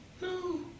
no